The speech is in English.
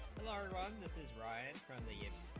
la ronde mrs. ryan from the adrs